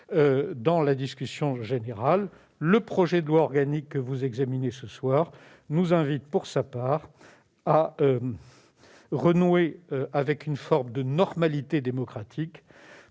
ici même, au Sénat :« Le projet de loi organique que vous examinez ce soir nous invite, pour sa part, à renouer avec une forme de " normalité démocratique